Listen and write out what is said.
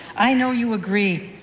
i know you agree,